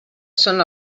són